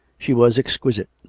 she was exquisite,